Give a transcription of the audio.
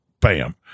bam